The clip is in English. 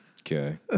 Okay